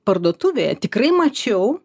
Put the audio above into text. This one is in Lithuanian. parduotuvėje tikrai mačiau